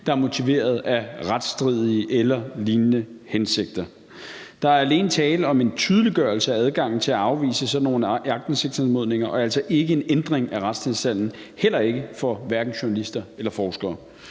der er motiveret af retsstridige eller lignende hensigter. Der er alene tale om en tydeliggørelse af adgangen til at afvise sådan nogle aktindsigtsanmodninger og altså ikke en ændring af retstilstanden, heller ikke for hverken journalister eller forskere.